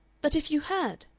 but if you had?